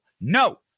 No